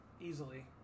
easily